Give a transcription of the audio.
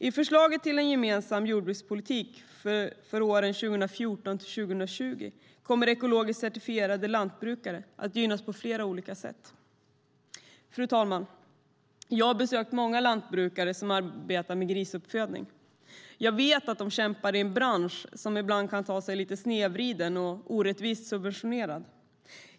I förslaget till en gemensam jordbrukspolitik för åren 2014-2020 kommer ekologiskt certifierade lantbrukare att gynnas på flera olika sätt. Fru talman! Jag har besökt många lantbrukare som arbetar med grisuppfödning. Jag vet att de kämpar i en bransch som ibland kan te sig lite snedvriden och orättvist subventionerad.